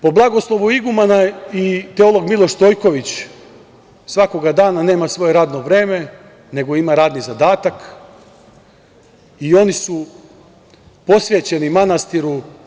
Po blagoslovu igumana i teolog Miloš Stojković svakog dana nema svoje radno vreme nego ima radni zadatak i oni su posvećeni manastiru.